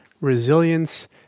resilience